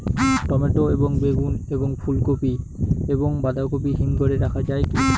Tomato এবং বেগুন এবং ফুলকপি এবং বাঁধাকপি হিমঘরে রাখা যায় কি?